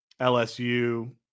LSU